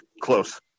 close